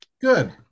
Good